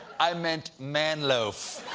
i meant manloaf